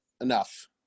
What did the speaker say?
enough